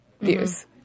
views